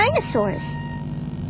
dinosaurs